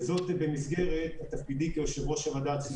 וזאת במסגרת תפקידי כיושב-ראש הוועדה הציבורית.